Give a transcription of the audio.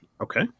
Okay